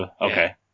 Okay